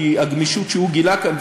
כי הגמישות שהוא גילה כאן,